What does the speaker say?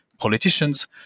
politicians